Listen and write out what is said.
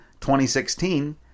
2016